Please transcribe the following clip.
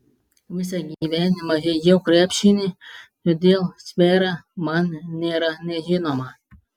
visą gyvenimą žaidžiau krepšinį todėl sfera man nėra nežinoma